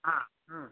ହଁ